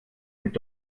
mit